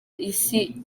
isi